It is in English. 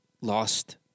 lost